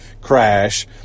crash